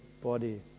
body